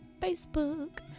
Facebook